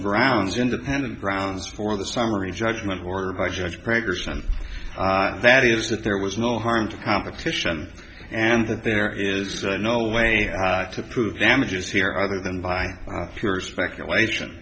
grounds independent grounds for the summary judgment or by judge gregor's and that is that there was no harm to competition and that there is no way to prove damages here other than by pure speculation